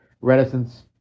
reticence